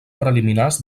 preliminars